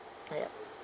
ya